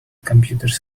computers